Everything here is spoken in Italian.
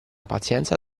pazienza